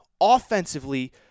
offensively